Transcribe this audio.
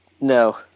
No